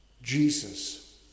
Jesus